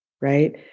right